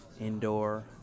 indoor